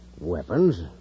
Weapons